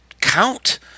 count